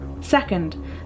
Second